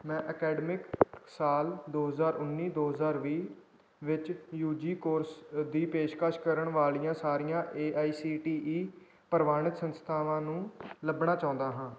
ਮੈਂ ਅਕੈਡਮਿਕ ਸਾਲ ਦੋ ਹਜ਼ਾਰ ਉੱਨੀ ਦੋ ਹਜ਼ਾਰ ਵੀਹ ਵਿੱਚ ਯੂ ਜੀ ਕੋਰਸ ਦੀ ਪੇਸ਼ਕਸ਼ ਕਰਨ ਵਾਲੀਆਂ ਸਾਰੀਆਂ A I C T E ਪ੍ਰਵਾਨਿਤ ਸੰਸਥਾਵਾਂ ਨੂੰ ਲੱਭਣਾ ਚਾਹੁੰਦਾ ਹਾਂ